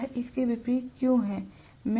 यह इसके विपरीत क्यों है